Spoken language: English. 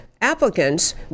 applicants